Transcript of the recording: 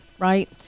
right